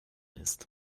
ist